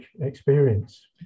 experience